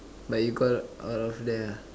but you got out of there ah